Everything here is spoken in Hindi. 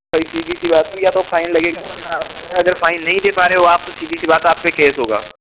नहीं सीधी सी बात हुई या तो फाइन लगेगा वरना अगर फाइन नहीं दे पा रहे हो आप तो सीधी सी बात आपके केस होगा